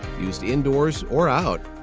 used indoors or out,